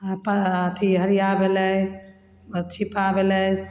आओर अथी हड़िया भेलय छिपा भेलय